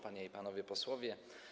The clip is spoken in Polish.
Panie i Panowie Posłowie!